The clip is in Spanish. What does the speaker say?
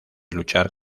luchar